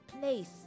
place